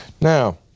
Now